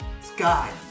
sky